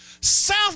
South